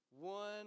One